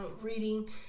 reading